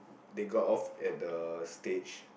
they got off at the stage